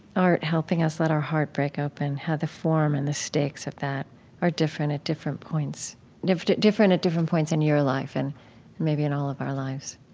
art helping us let our heart break open, how the form and the stakes of that are different at different points different at different at different points in your life and maybe in all of our lives?